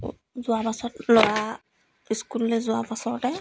যোৱা পাছত ল'ৰা স্কুললৈ যোৱা পাছতে